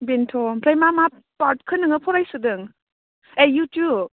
बेनोथ' ओमफ्राय मा मा पार्टखौ नोङो फरायसोदों ए इउटुब